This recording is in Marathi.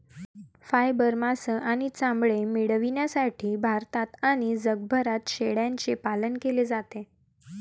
फायबर, मांस आणि चामडे मिळविण्यासाठी भारतात आणि जगभरात शेळ्यांचे पालन केले जाते